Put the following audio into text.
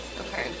Okay